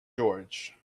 george